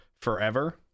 forever